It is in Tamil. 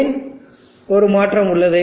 ஏன் ஒரு மாற்றம் உள்ளது